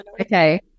Okay